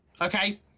Okay